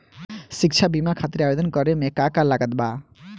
शिक्षा बीमा खातिर आवेदन करे म का का लागत बा?